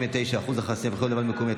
79) (אחוז החסימה בבחירות לוועד מקומי),